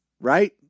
Right